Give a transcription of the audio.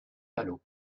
palot